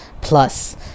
Plus